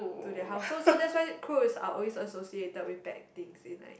to their house so so that's why crow is are always associated with bad things in like